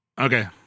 Okay